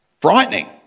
frightening